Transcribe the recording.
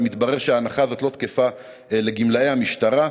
מתברר שההנחה הזאת לא תקפה לגבי גמלאי המשטרה.